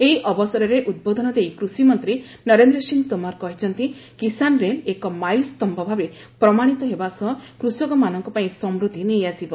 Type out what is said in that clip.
ଏହି ଅବସରରେ ଉଦ୍ବୋଧନ ଦେଇ କୃଷିମନ୍ତ୍ରୀ ନରେନ୍ଦ୍ର ସିଂହ ତୋମାର କହିଛନ୍ତି କିଶାନ୍ ରେଲ୍ ଏକ ମାଇଲସ୍ତମ୍ଭ ଭାବେ ପ୍ରମାଣିତ ହେବା ସହ କୃଷକମାନଙ୍କ ପାଇଁ ସମୃଦ୍ଧି ନେଇଆସିବ